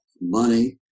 money